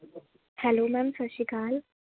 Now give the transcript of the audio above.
hello ma'am ਸਤਿ ਸ਼੍ਰੀ ਅਕਾਲ